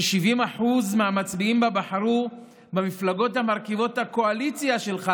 ש-70% מהמצביעים בה בחרו במפלגות המרכיבות את הקואליציה שלך,